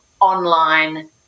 online